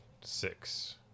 six